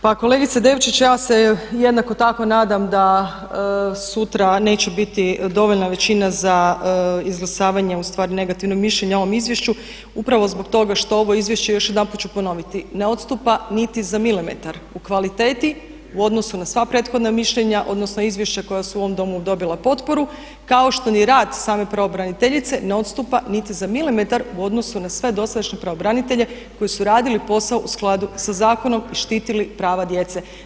Pa kolegice Devčić, ja se jednako tako nadam da sutra neću biti dovoljna većina za izglasavanje ustvari negativnog mišljenja ovom izvješću upravo zbog toga što ovo izvješće još jedanput ću ponoviti ne odstupa niti za milimetar u kvaliteti u odnosu na sva prethodna mišljenja, odnosno izvješća koja su u ovom Domu dobila potporu kao što ni rad same pravobraniteljice ne odstupa niti za milimetar u odnosu na sve dosadašnje pravobranitelje koji su radili posao u skladu sa zakonom i štitili prava djece.